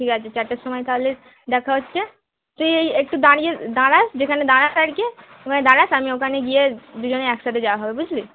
ঠিক আছে চারটের সময় তাহলে দেখা হচ্ছে তুই এই একটু দাঁড়িয়ে দাঁড়াস যেখানে দাঁড়াস আর কি ওখানে দাঁড়াস আমি ওখানে গিয়ে দুজনে একসাথে যাওয়া হবে বুঝলি